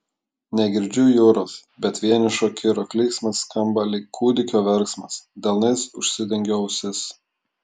negirdžiu jūros bet vienišo kiro klyksmas skamba lyg kūdikio verksmas delnais užsidengiu ausis